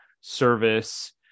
service